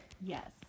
Yes